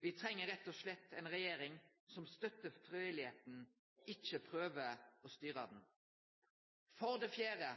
Me treng rett og slett ei regjering som støttar frivilligheita, ikkje prøver å styre ho. For det fjerde: